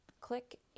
click